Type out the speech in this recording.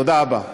תודה רבה.